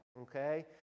okay